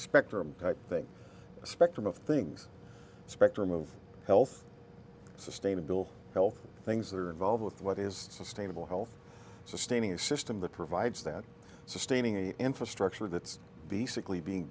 spectrum thing a spectrum of things a spectrum of health sustainable health things that are involved with what is sustainable health sustaining a system that provides that sustaining an infrastructure that's the sickly being